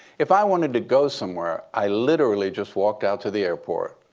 if i wanted to go somewhere, i literally just walked out to the airport,